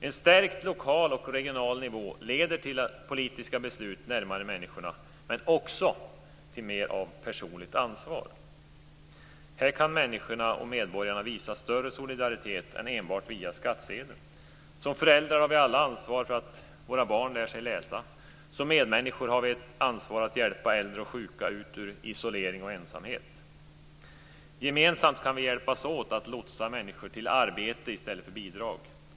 En stärkt lokal och regional nivå leder till politiska beslut närmare människorna men också till mer av personligt ansvar. Här kan människorna och medborgarna visa större solidaritet än enbart via skattsedeln. Som föräldrar har vi alla ansvar för att våra barn lär sig läsa. Som medmänniskor har vi ett ansvar att hjälpa äldre och sjuka ut ur isolering och ensamhet. Gemensamt kan vi hjälpas åt att lotsa människor till arbete i stället för bidrag.